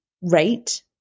rate